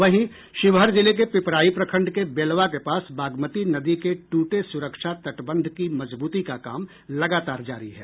वहीं शिवहर जिले के पिपराही प्रखंड के बेलवा के पास बागमती नदी के टूटे सुरक्षा तटबंध की मजबूती का काम लगातार जारी है